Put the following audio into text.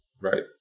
right